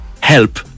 help